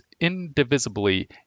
indivisibly